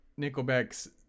Nickelback's